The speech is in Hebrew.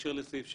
בהקשר לסעיף 7א?